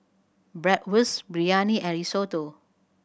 Bratwurst Biryani and Risotto